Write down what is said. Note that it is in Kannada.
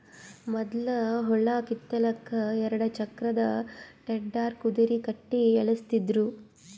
ಮೊದ್ಲ ಹುಲ್ಲ್ ಕಿತ್ತಲಕ್ಕ್ ಎರಡ ಚಕ್ರದ್ ಟೆಡ್ಡರ್ ಕುದರಿ ಕಟ್ಟಿ ಎಳಸ್ತಿದ್ರು